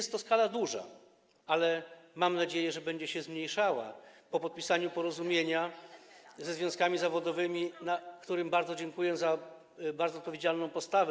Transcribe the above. Skala jest duża, ale mam nadzieję, że będzie się zmniejszała po podpisaniu porozumienia ze związkami zawodowymi, którym bardzo dziękuję za bardzo odpowiedzialną postawę.